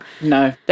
No